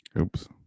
Oops